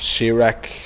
Shirak